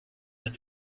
ich